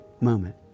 moment